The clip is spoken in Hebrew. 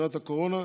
שנת הקורונה,